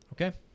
Okay